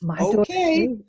Okay